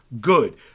good